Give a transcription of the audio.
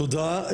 תודה.